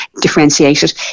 differentiated